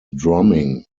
drumming